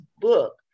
book